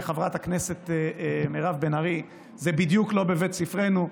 חברת הכנסת מירב בן ארי זה בדיוק לא בבית ספרנו.